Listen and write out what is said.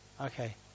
Okay